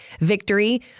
victory